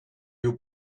you